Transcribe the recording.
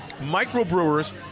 microbrewers